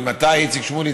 אם אתה איציק שמולי,